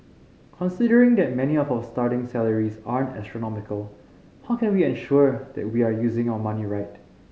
considering that many of our starting salaries aren't astronomical how can we ensure that we are using our money right